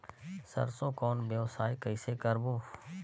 सरसो कौन व्यवसाय कइसे करबो?